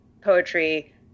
poetry